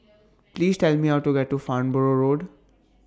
Please Tell Me How to get to Farnborough Road